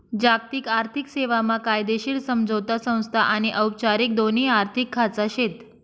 जागतिक आर्थिक सेवा मा कायदेशीर समझोता संस्था आनी औपचारिक दोन्ही आर्थिक खाचा शेत